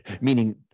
meaning